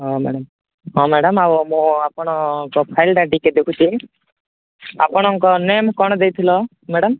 ହଁ ମ୍ୟାଡ଼ାମ୍ ହଁ ମ୍ୟାଡ଼ାମ୍ ଆଉ ମୁଁ ଆପଣଙ୍କ ପ୍ରୋଫାଇଲ୍ଟା ଟିକେ ଦେଖୁଛି ଆପଣଙ୍କ ନେମ୍ କ'ଣ ଦେଇଥିଲ ମ୍ୟାଡ଼ାମ୍